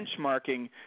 benchmarking